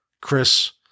Chris